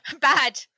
Bad